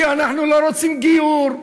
כי אנחנו לא רוצים גיור,